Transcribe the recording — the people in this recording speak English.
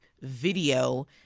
video